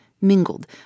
mingled